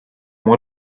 what